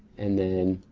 and then,